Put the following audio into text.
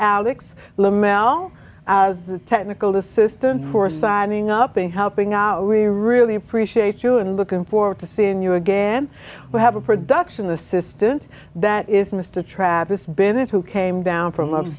lamell as the technical assistance for signing up and helping out we really appreciate you and looking forward to seeing you again we have a production assistant that is mr travis bennett who came down from love